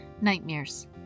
Nightmares